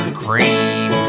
cream